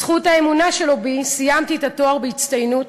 בזכות האמונה שלו בי סיימתי את התואר בהצטיינות,